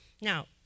Now